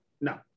no